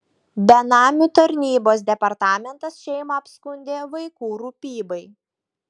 benamių tarnybos departamentas šeimą apskundė vaikų rūpybai